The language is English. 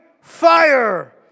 fire